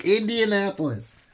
Indianapolis